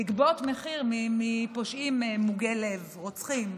לגבות מחיר מפושעים מוגי לב, רוצחים.